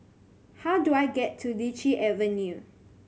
how do I get to Lichi Avenue